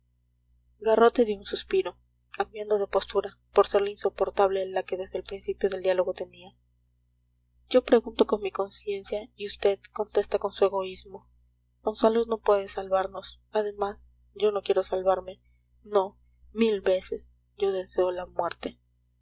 garrote dio un suspiro cambiando de postura por serle insoportable la que desde el principio del diálogo tenía yo pregunto con mi conciencia y vd contesta con su egoísmo monsalud no puede salvarnos además yo no quiero salvarme no mil veces yo deseo la muerte